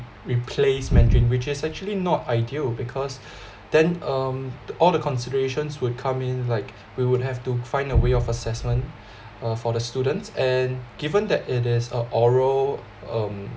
replace mandarin which is actually not ideal because then um all the considerations would come in like we would have to find a way of assessment uh for the students and given that it is a oral um